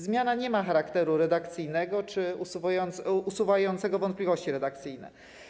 Zmiana nie ma charakteru redakcyjnego czy usuwającego wątpliwości redakcyjne.